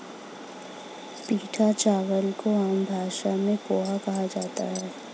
पीटा चावल को आम भाषा में पोहा कहा जाता है